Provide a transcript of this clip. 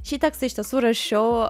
šį tekstą iš tiesų rašiau